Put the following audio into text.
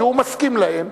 שהוא מסכים להן,